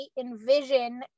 envision